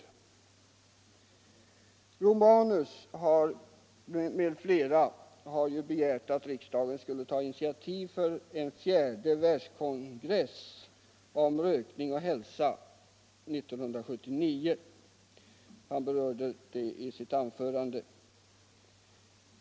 Herr Romanus m.fl. har begärt att riksdagen skall ta initiativ till en fjärde världskongress om rökning och hälsa 1979. Han berörde det i sitt anförande.